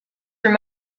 your